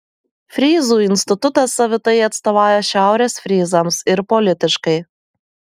fryzų institutas savitai atstovauja šiaurės fryzams ir politiškai